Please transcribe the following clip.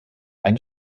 eine